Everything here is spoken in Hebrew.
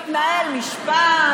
מתנהל משפט,